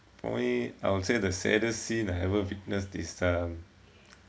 probably I would say the saddest scene I ever witnessed is um